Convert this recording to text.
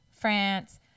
France